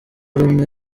rumwe